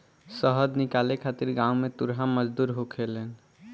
शहद निकाले खातिर गांव में तुरहा मजदूर होखेलेन